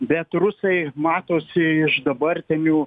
bet rusai matosi iš dabartinių